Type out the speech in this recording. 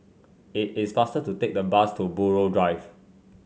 it is faster to take the bus to Buroh Drive